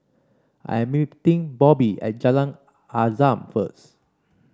I'm meeting Bobby at Jalan Azam first